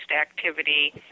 activity